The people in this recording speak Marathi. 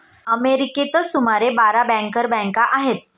अमेरिकेतच सुमारे बारा बँकर बँका आहेत